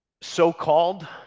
so-called